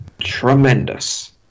tremendous